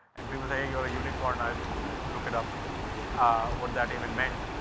and people say you're a unicorn, i look it up what that even meant,